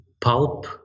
pulp